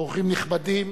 אורחים נכבדים,